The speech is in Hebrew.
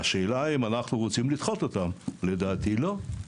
השאלה היא אם אנחנו רוצים לדחות אותם, לדעתי לא.